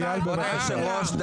אייל בבקשה.